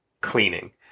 cleaning